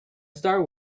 star